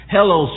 Hello